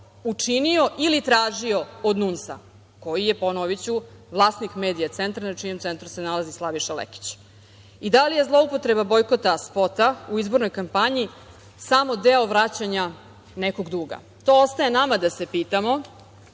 učinio ili tražio od NUNS-a, koji je, ponoviću, vlasnik „Medija centar“ na čijem centru se nalazi Slaviša Lekić i da li je zloupotreba bojkota spota u izbornoj kampanji samo deo vraćanja nekog duga? To ostaje nama da se pitamo.